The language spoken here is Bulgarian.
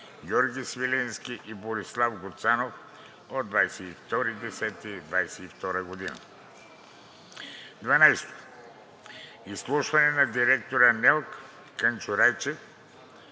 Георги Свиленски и Борислав Гуцанов, 22 октомври 2022 г. 12. Изслушване на директора на НЕЛК Кънчо Райчев